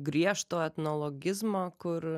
griežto etnologizmo kur